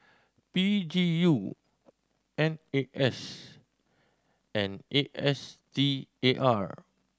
P G U N A S and A S T A R